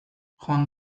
joan